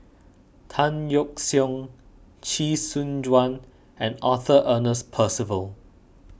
Tan Yeok Seong Chee Soon Juan and Arthur Ernest Percival